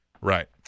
Right